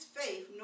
faith